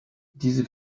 diese